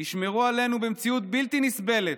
ישמרו עלינו במציאות בלתי נסבלת,